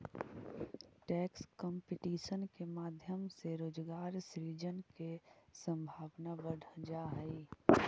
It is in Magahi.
टैक्स कंपटीशन के माध्यम से रोजगार सृजन के संभावना बढ़ जा हई